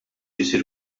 isir